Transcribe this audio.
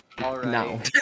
No